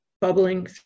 bubbling